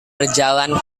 berjalan